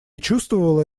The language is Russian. чувствовала